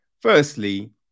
Firstly